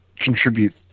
contribute